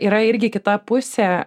yra irgi kita pusė